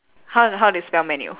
how how do you spell menu